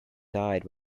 died